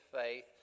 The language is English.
faith